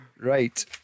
Right